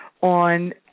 on